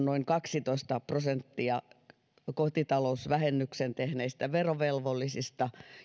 noin kaksitoista prosenttia kotitalousvähennyksen tehneistä verovelvollisista